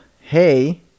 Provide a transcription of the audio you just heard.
hey